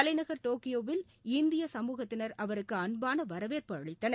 தலைநகர் டோக்கியோவில் இந்திய சமூகத்தினர் அவருக்கு அன்பான வரவேற்பு அளித்தனர்